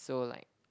so like